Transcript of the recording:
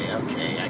okay